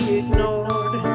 ignored